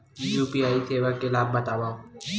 UPI सेवाएं के लाभ बतावव?